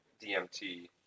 DMT